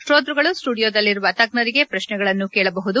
ಶ್ರೋತ್ಪಗಳು ಸ್ಪುಡಿಯೋದಲ್ಲಿರುವ ತಜ್ಞರಿಗೆ ಪ್ರಶ್ನೆಗಳನ್ನು ಕೇಳಬಹುದಾಗಿದೆ